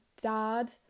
dad